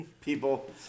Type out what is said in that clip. People